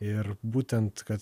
ir būtent kad